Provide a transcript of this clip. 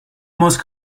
most